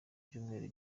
byumweru